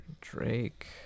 Drake